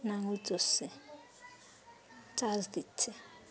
নাঙল চসছে চাষ দিচ্ছে